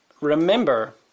remember